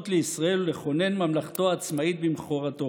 לישראל ולכונן ממלכתו העצמאית במכורתו.